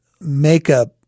Makeup